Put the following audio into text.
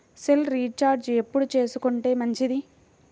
Cell recharge ఎప్పుడు చేసుకొంటే మంచిది?